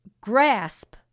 grasp